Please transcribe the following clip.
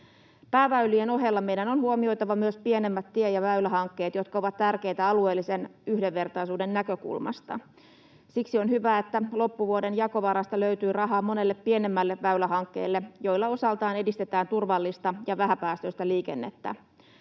Pääväylien ohella meidän on huomioitava myös pienemmät tie- ja väylähankkeet, jotka ovat tärkeitä alueellisen yhdenvertaisuuden näkökulmasta. Siksi on hyvä, että loppuvuoden jakovarasta löytyy rahaa monelle pienemmälle väylähankkeelle, joilla osaltaan edistetään turvallista ja vähäpäästöistä liikennettä.